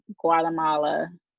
Guatemala